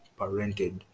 parented